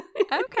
Okay